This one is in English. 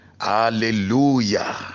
Hallelujah